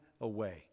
away